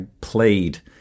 played